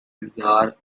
bizarre